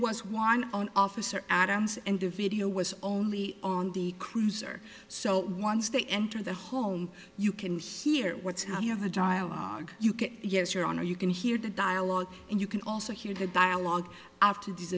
was one on officer adams and the video was only on the cruiser so once they enter the home you can hear what's now i have a dialogue you can yes your honor you can hear the dialogue and you can also hear the dialogue after these